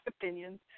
opinions